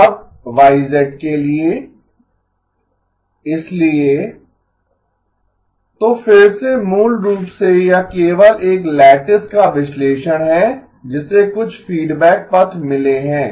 अब Y के लिए इसलिए तो फिर से मूल रूप से यह केवल एक लैटिस का विश्लेषण है जिसे कुछ फीडबैक पथ मिले हैं